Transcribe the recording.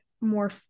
more